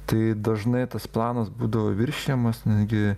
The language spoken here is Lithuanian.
tai dažnai tas planas būdavo viršijamas netgi